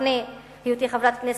לפני היותי חברת כנסת,